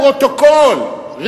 לפרוטוקול,